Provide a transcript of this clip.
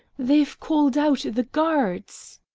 they've called out the guards!